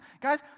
guys